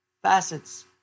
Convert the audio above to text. Facets